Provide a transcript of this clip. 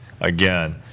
again